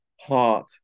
heart